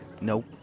Nope